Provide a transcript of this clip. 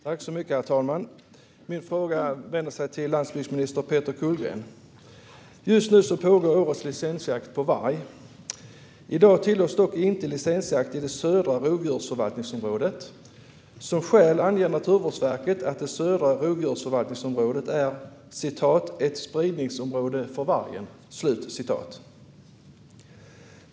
Herr talman! Min fråga vänder sig till landsbygdsminister Peter Kullgren. Just nu pågår årets licensjakt på varg. I dag tillåts dock inte licensjakt i det södra rovdjursförvaltningsområdet. Som skäl anger Naturvårdsverket att det södra rovdjursförvaltningsområdet är ett spridningsområde för vargen.